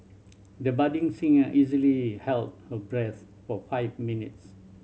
the budding singer easily held her breath for five minutes